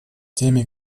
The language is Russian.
теми